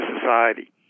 society